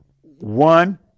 one